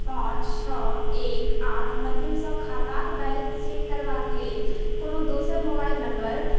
पाँच छओ एक आठ माध्मसँ खातक बैलेन्स चेक करबाके लेल कोनो दोसर